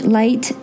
light